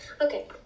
Okay